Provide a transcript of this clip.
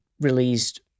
released